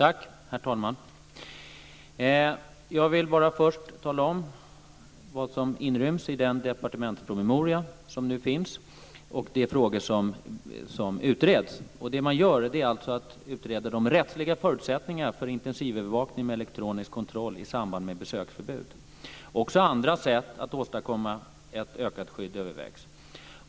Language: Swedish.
Herr talman! Jag vill bara först tala om vad som inryms i den departementspromemoria som nu finns och vilka frågor som utreds. Det man gör är alltså att utreda de rättsliga förutsättningarna för intensivövervakning med elektronisk kontroll i samband med besöksförbud. Också andra sätt att åstadkomma ett ökat skydd övervägs.